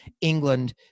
England